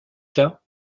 cas